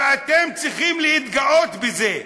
ואתם צריכים להתגאות בזה.